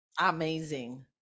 Amazing